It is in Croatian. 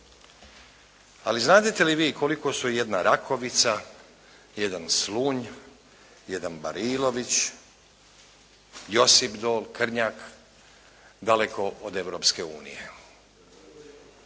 Ali znadete li vi koliko su jedna Rakovica, jedan Slunj, jedan Barilović, Josipdol, Krnjak daleko od Europske unije?